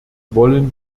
wollen